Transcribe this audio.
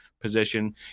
position